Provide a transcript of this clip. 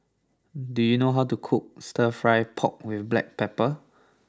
do you know how to cook Stir Fry Pork with black pepper